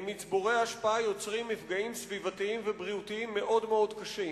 מצבורי האשפה יוצרים מפגעים סביבתיים ובריאותיים מאוד מאוד קשים.